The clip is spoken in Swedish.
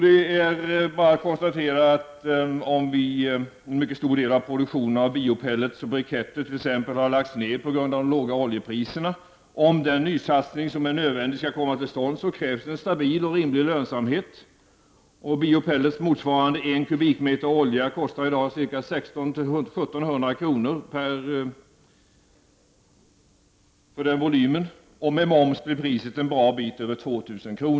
Det är bara att konstatera att en mycket stor del av produktionen av t.ex. biopellets och briketter har lagts ned på grund av de låga oljepriserna. Om den nysatsning som är nödvändig skall komma till stånd krävs det en stabil och rimlig lönsamhet. Biopellets motsvarande 1 m? olja kostar i dag 1 600-1 700 kr. Med moms blir priset en bra bit över 2 000 kr.